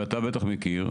ואתה בטח מכיר,